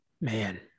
man